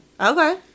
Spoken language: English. Okay